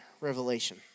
revelation